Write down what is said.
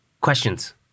Questions